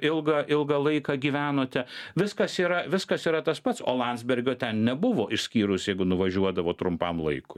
ilgą ilgą laiką gyvenote viskas yra viskas yra tas pats o landsbergio ten nebuvo išskyrus jeigu nuvažiuodavo trumpam laikui